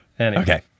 Okay